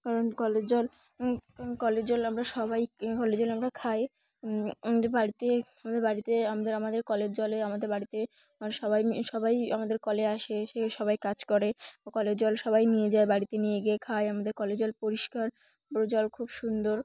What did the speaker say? কারণ কলের জল কারণ কলের জল আমরা সবাই কলের জল আমরা খাই আমাদের বাড়িতে আমাদের বাড়িতে আমাদের আমাদের কলের জলে আমাদের বাড়িতে আর সবাই সবাই আমাদের কলে আসে সে সবাই কাজ করে কলের জল সবাই নিয়ে যায় বাড়িতে নিয়ে গিয়ে খায় আমাদের কলের জল পরিষ্কার পুরো জল খুব সুন্দর